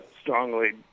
strongly